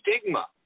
stigma